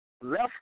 left